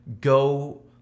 go